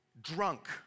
drunk